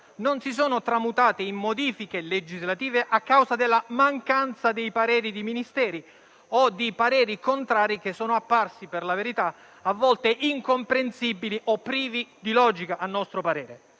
non si sono tramutate in modifiche legislative a causa della mancanza dei pareri di Ministeri o di pareri contrari, che sono apparsi a volte incomprensibili o privi di logica, a nostro parere.